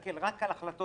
מסתכל רק על הקרן